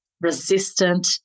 resistant